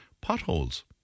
potholes